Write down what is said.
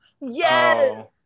Yes